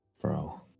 Bro